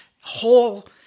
whole